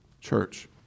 church